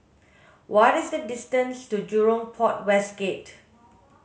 what is the distance to Jurong Port West Gate